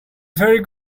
very